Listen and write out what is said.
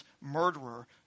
murderer